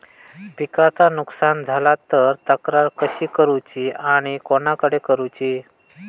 पिकाचा नुकसान झाला तर तक्रार कशी करूची आणि कोणाकडे करुची?